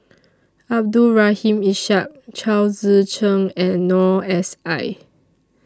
Abdul Rahim Ishak Chao Tzee Cheng and Noor S I